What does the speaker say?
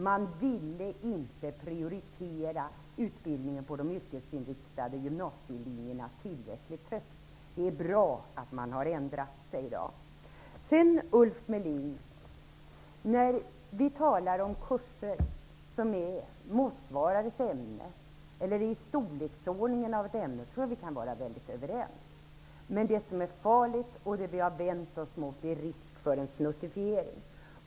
De ville inte prioritera utbildningen på de yrkesinriktade gymnasielinjerna tillräckligt högt. Det är bra att de nu har ändrat sig. När vi talar om kurser som motsvarar ämne eller är i samma storleksordning som ett ämne kan Ulf Melin och jag vara överens. Men det som är farligt och som vi har vänt oss mot är risken för snuttifiering.